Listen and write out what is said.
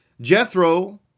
Jethro